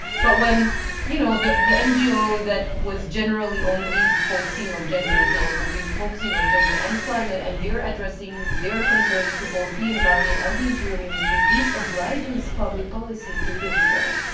but when you know the the ngo that was generally only focusing on gender is now focusing focusing on gender and climate, and they are addressing their concerns to both the environment and the interior ministries, this obliges public policy to think together.